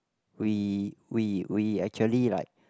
we we we actually like